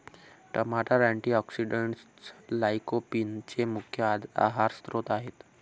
टमाटर अँटीऑक्सिडेंट्स लाइकोपीनचे मुख्य आहार स्त्रोत आहेत